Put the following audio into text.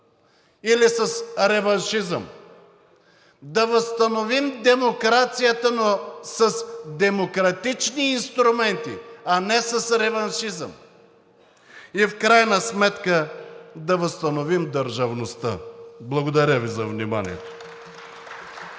или с реваншизъм. Да възстановим демокрацията, но с демократични инструменти, а не с реваншизъм и в крайна сметка да възстановим държавността. Благодаря Ви за вниманието.